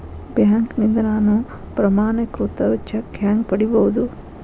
ಬ್ಯಾಂಕ್ನಿಂದ ನಾನು ಪ್ರಮಾಣೇಕೃತ ಚೆಕ್ ಹ್ಯಾಂಗ್ ಪಡಿಬಹುದು?